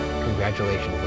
congratulations